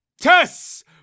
Tess